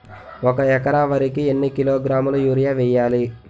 ఒక ఎకర వరి కు ఎన్ని కిలోగ్రాముల యూరియా వెయ్యాలి?